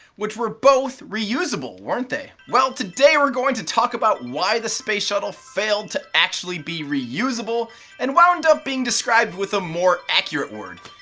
which were both reusable weren't they? well today we're going to talk about why the space shuttle failed to actually be reusable and wound up being described with a more accurate word,